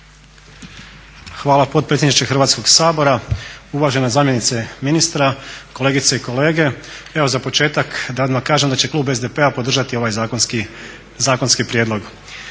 Hvala potpredsjedniče Hrvatskog sabora, uvažena zamjenice ministra, kolegice i kolege. Evo za početak da odmah kažem da će klub SDP-a podržati ovaj zakonski prijedlog.